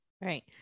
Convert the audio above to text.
right